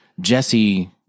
Jesse